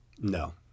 no